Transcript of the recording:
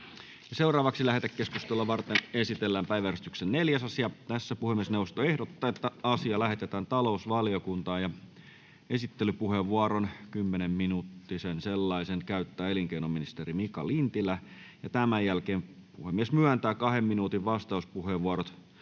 Kiitos!] Lähetekeskustelua varten esitellään päiväjärjestyksen 4. asia. Puhemiesneuvosto ehdottaa, että asia lähetetään talousvaliokuntaan. Kymmenminuuttisen esittelypuheenvuoron käyttää elinkeinoministeri Mika Lintilä, ja tämän jälkeen puhemies myöntää kahden minuutin vastauspuheenvuorot